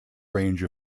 range